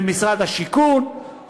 למשרד השיכון,